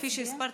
כפי שהסברת,